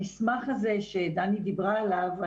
המסמך הזה שדני דיברה עליו,